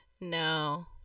No